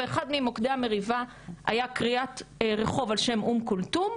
ואחד ממוקדי המריבה היה קריאת רחוב על שם אום כולתום,